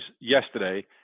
yesterday